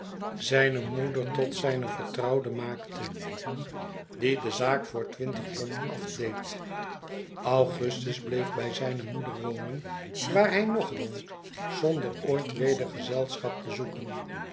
zijne moeder tot zijne vertrouwde maakte die de zaak voor twintig pond afdeed augustus bleef bij zljne moeder wonen waar hij nog woont zonder ooit weder gezelschap te zoeken